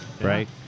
right